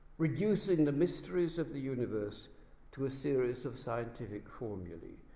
reducing the mysteries of the universe to a series of scientific formulae,